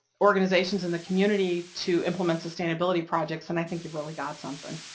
organizations in the community to implement sustainability projects, and i think you've really got something.